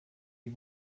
die